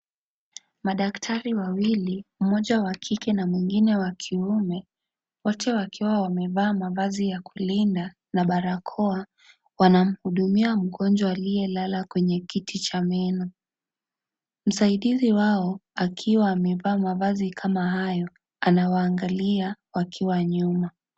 Madaktari wawili, mmoja wa kike na mwingine wa kiume. Wote wakiwa wamevaa mavazi ya kulinda na barakoa wanamhudumia mgonjwa aliyelala kwenye kiti cha meno. Msaidizi wao akiwa amevaa mavazi kama hayo anawaangalia akiwa nyuma.